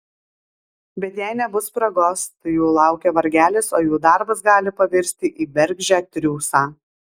bet jei nebus spragos tai jų laukia vargelis o jų darbas gali pavirsti į bergždžią triūsą